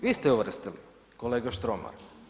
Vi ste ju uvrstili, kolega Štromar.